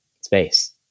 space